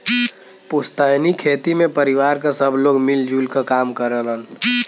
पुस्तैनी खेती में परिवार क सब लोग मिल जुल क काम करलन